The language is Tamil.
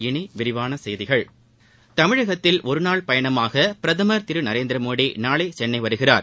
இனி விரிவான செய்திகள் தமிழகத்தில் ஒருநாள் பயணமாக பிரதமர் திரு நரேந்திர மோடி நாளை சென்னை வருகிறார்